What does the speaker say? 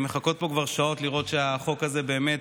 הן מחכות פה כבר שעות כדי לראות שהחוק הזה עובר.